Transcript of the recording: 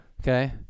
okay